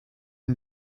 une